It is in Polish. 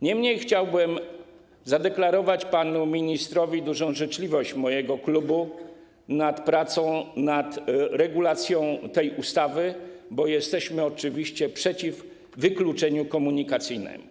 Niemniej chciałbym zadeklarować panu ministrowi dużą życzliwość mojego klubu, jeśli chodzi o pracę nad regulacją tej ustawy, bo jesteśmy oczywiście przeciw wykluczeniu komunikacyjnemu.